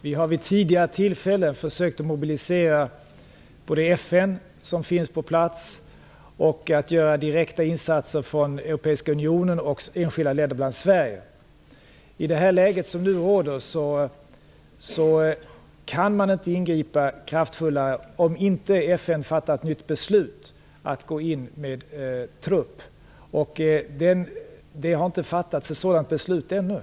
Vi har vid tidigare tillfällen försökt både att mobilisera FN, som finns på plats, och att göra direkta insatser från I det läge som nu råder kan man inte ingripa kraftfullare om inte FN fattar ett nytt beslut att gå in med trupp. Något sådant beslut har ännu inte fattats.